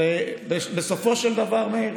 בסופו של דבר, מאיר,